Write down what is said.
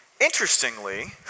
Interestingly